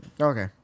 Okay